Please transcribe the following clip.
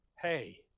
Hey